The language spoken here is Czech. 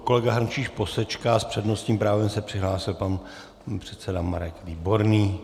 Kolega Hrnčíř posečká, s přednostním právem se přihlásil pan předseda Marek Výborný.